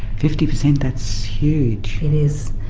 fifty per cent, that's huge. it is,